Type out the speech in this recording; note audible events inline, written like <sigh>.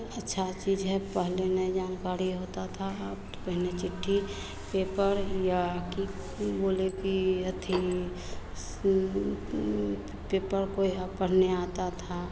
अच्छा चीज है पहले नै जानकाड़ी होता था अब तो पेहले चिठ्ठी पेपड़ या की बोले की अथि <unintelligible> पेपर <unintelligible> पढ़ना आता था